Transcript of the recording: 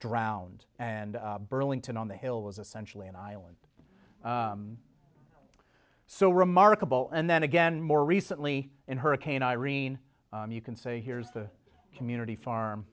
drowned and burlington on the hill was essentially an island so remarkable and then again more recently in hurricane irene you can say here's a community farm